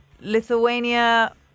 Lithuania